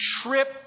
trip